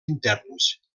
interns